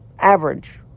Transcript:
Average